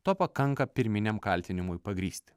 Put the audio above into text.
to pakanka pirminiam kaltinimui pagrįsti